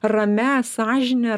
ramia sąžine